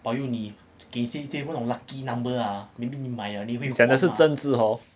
保佑你给一些那种 lucky number ah maybe 你买了你会 huat ah